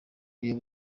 uyu